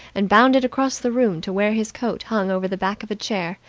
and bounded across the room to where his coat hung over the back of a chair.